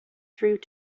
through